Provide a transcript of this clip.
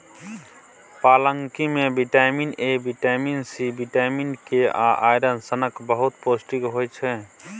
पलांकी मे vitamin A, vitamin C, vitamin K आ आइरन सनक बहुत पौष्टिक होइ छै